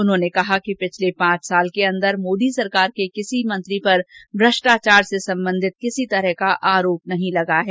उन्होंने कहा कि पिछले पांच साल के अंदर मोदी सरकार के किसी मंत्री पर भ्रष्टाचार से संबंधित किसी प्रकार का आरोप नहीं लगा है